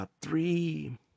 three